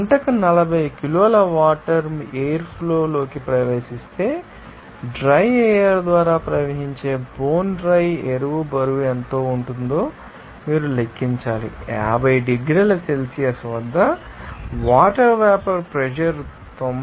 గంటకు 40 కిలోల water air flow లోకి ప్రవేశిస్తే డ్రై ఎయిర్ ద్వారా ప్రవహించే బోన్ డ్రై ఎయిర్ బరువు ఎంత ఉంటుందో మీరు లెక్కించాలి 50 డిగ్రీల సెల్సియస్ వద్ద వాటర్ వేపర్ ప్రెషర్ 92